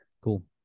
Cool